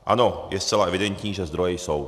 Ano, je zcela evidentní, že zdroje jsou.